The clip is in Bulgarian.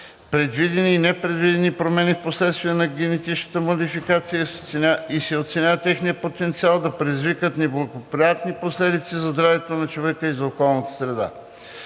предвидени и непредвидени промени вследствие на генетичната модификация и се оценява техният потенциал да предизвикат неблагоприятни последици за здравето на човека и за околната среда.